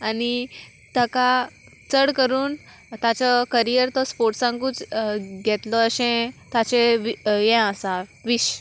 आनी ताका चड करून ताचो करियर तो स्पोर्ट्सांकूच घेतलो अशें ताचें हें आसा विश